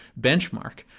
benchmark